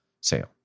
sale